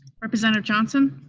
representative johnson?